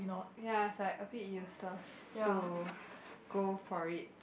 ya is like a bit useless to go for it